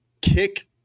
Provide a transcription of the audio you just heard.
Kick